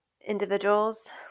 individuals